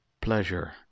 pleasure